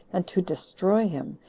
and to destroy him,